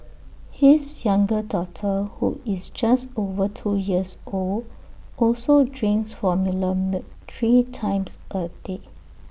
his younger daughter who is just over two years old also drinks formula milk three times A day